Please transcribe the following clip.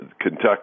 Kentucky